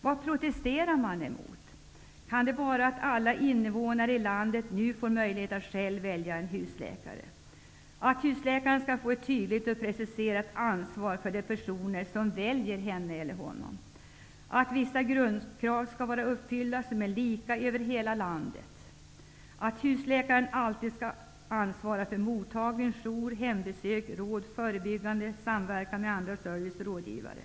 Vad protesterar man emot? Kan det vara mot att alla invånare i landet nu får möjlighet att själva välja en husläkare? Kan det vara mot att husläkaren skall få ett tydligt och preciserat ansvar för de personer som väljer henne eller honom? Kan det vara mot att vissa grundkrav som är lika över hela landet skall vara uppfyllda? Kan det vara mot att husläkaren alltid skall ansvara för mottagning, jour, hembesök, råd, förebyggande vård och samverkan med andra service och rådgivare?